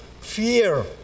fear